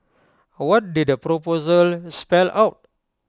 what did the proposal spell out